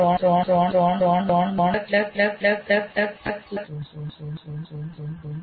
આપણે ફરી એકવાર એકમ 3 માં આમાંના કેટલાક સૂચનાત્મક ઘટકો વિષે જોશું